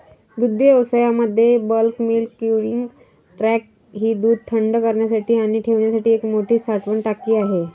दुग्धव्यवसायामध्ये bulk milk cooling tank ही दूध थंड करण्यासाठी आणि ठेवण्यासाठी एक मोठी साठवण टाकी आहे